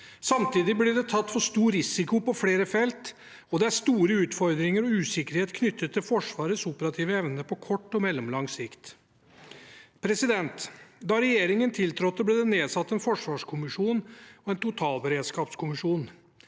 Samtidig blir det tatt for stor risiko på flere felt, og det er store utfordringer og usikkerhet knyttet til Forsvarets operative evne på kort og mellomlang sikt. Da regjeringen tiltrådte, ble det nedsatt en forsvarskommisjon og en totalberedskapskommisjon.